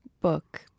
book